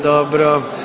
Dobro.